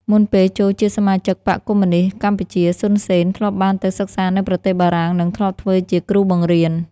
មុនពេលចូលជាសមាជិកបក្សកុម្មុយនីស្តកម្ពុជា សុន សេន ធ្លាប់បានទៅសិក្សានៅប្រទេសបារាំងនិងធ្លាប់ធ្វើជា គ្រូបង្រៀន។